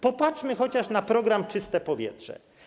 Popatrzmy chociaż na program „Czyste powietrze”